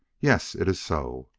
yes, it is so!